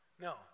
No